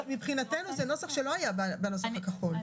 מבחינתנו זה נוסח שלא היה בנוסח הכחול.